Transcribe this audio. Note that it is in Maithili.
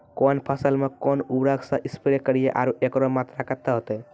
कौन फसल मे कोन उर्वरक से स्प्रे करिये आरु एकरो मात्रा कत्ते होते?